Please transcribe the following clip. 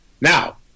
Now